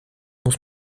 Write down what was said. muss